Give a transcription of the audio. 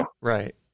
Right